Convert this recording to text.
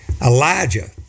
Elijah